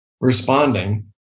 responding